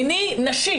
מיני נשי